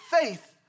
faith